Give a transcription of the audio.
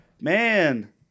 man